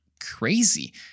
crazy